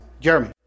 Jeremy